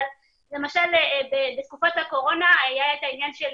אבל למשל בתקופת הקורונה היה את העניין של